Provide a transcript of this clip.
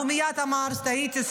הוא מייד אמר: טעיתי,